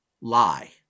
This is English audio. lie